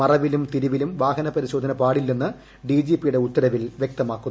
മറവിലും തിരിവിലും വാഹനപരിശോധന പാടില്ലെന്ന് ഡിജിപിയുടെ ഉത്തരവിൽ വ്യക്തമാക്കുന്നു